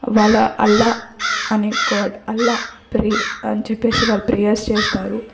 వాళ్ళ అల్లాహ్ అనే god Allah prayer అని చెప్పేసి వాళ్ళు ప్రేయర్స్ చేస్తారు